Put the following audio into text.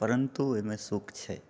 परन्तु एहिमे सुख छै